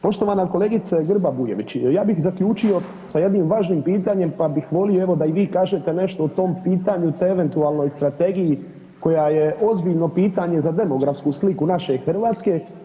Poštovana kolegice Grba-Bujević ja bih zaključio sa jednim važnim pitanjem pa bih volio evo da i vi kažete nešto o tom pitanju te eventualnoj strategiji koja je ozbiljno pitanje za demografsku sliku naše Hrvatske.